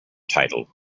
title